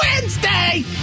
Wednesday